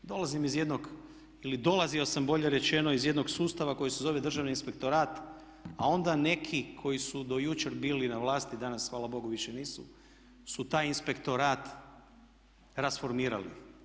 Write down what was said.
Dolazim iz jednog, ili dolazio sam, bolje rečeno, iz jednog sustava koji se zove Državni inspektorat a onda neki koji su do jučer bili na vlasti, danas hvala Bogu više nisu, su taj inspektorat rasformirali.